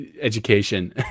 education